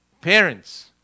parents